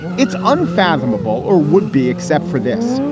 it's unfathomable or would be except for this,